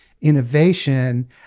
innovation